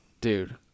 Dude